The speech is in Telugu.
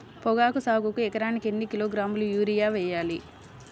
పొగాకు సాగుకు ఎకరానికి ఎన్ని కిలోగ్రాముల యూరియా వేయాలి?